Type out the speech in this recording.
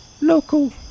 local